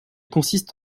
consiste